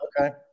Okay